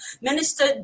Minister